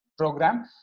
program